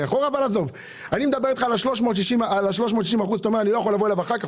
אני מדבר אתך על ה-360 אחוזים ואתה אומר שאתה לא יכול לבוא אליו אחר כך.